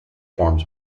forms